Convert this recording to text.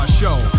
show